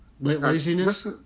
Laziness